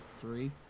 three